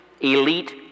elite